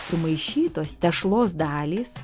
sumaišytos tešlos dalys